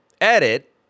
edit